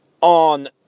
on